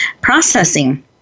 processing